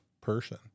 person